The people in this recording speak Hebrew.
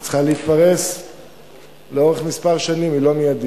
היא צריכה להתפרס לאורך כמה שנים, היא לא מיידית,